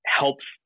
helps